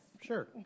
Sure